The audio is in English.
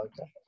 okay